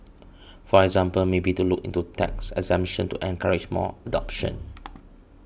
for example maybe to look into tax exemption to encourage more adoption